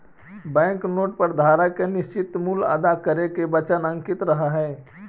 bank note पर धारक के निश्चित मूल्य अदा करे के वचन अंकित रहऽ हई